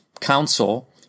council